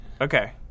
Okay